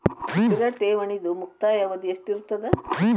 ಸ್ಥಿರ ಠೇವಣಿದು ಮುಕ್ತಾಯ ಅವಧಿ ಎಷ್ಟಿರತದ?